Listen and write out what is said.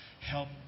help